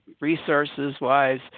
resources-wise